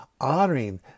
honoring